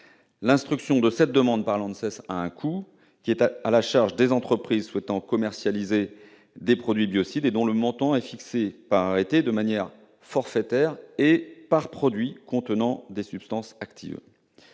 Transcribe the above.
L'instruction de cette demande par l'ANSES a un coût, qui est à la charge des entreprises souhaitant commercialiser des produits biocides. Son montant est fixé, par arrêté, de manière forfaitaire et par produit contenant des substances actives.